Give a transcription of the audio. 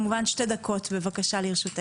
בבקשה שתי דקות לרשותך.